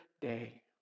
day